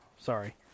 Sorry